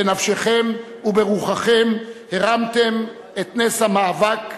בנפשכם וברוחכם הרמתם את נס המאבק,